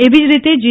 એવી જ રીતે જી